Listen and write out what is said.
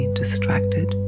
distracted